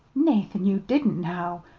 nathan, you didn't, now!